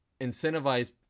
incentivize